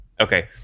Okay